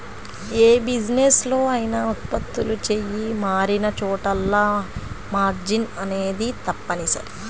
యే బిజినెస్ లో అయినా ఉత్పత్తులు చెయ్యి మారినచోటల్లా మార్జిన్ అనేది తప్పనిసరి